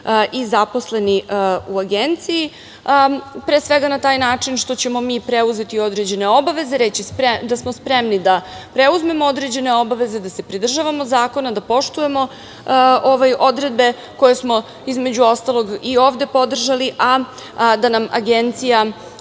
i zaposleni u Agenciji, pre svega na taj način što ćemo mi preuzeti određene obaveze, da smo spremni da preuzmemo određene obaveze, da se pridržavamo zakona, da poštujemo odredbe koje smo, između ostalog, i ovde podržali, a da nam Agencija